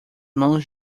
mãos